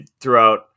throughout –